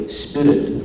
spirit